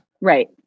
Right